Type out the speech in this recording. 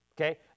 Okay